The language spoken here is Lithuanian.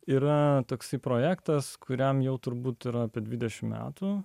yra toks projektas kuriam jau turbūt yra apie dvidešim metų